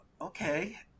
Okay